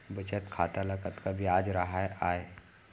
बचत खाता ल कतका ब्याज राहय आय?